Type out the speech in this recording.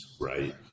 right